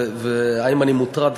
והאם אני מוטרד?